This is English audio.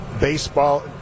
baseball